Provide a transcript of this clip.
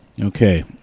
Okay